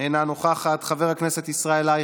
אינה נוכחת, חבר הכנסת ישראל אייכלר,